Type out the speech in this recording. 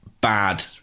bad